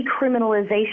decriminalization